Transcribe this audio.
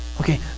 Okay